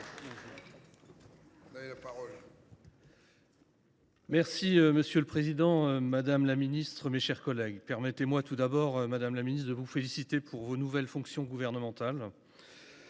Monsieur le président, mes chers collègues, permettez moi tout d’abord, madame la ministre, de vous féliciter pour vos nouvelles fonctions gouvernementales.